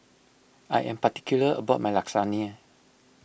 I am particular about my Lasagne